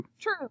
True